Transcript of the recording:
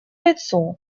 лицо